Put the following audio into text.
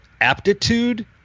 aptitude